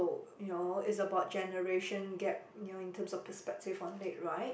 you know is about generation gap you know in terms of perspective on it right